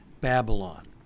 Babylon